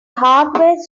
hardware